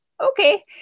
okay